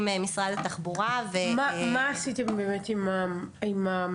עם משרד התחבורה --- מה עשיתם עם ההמלצות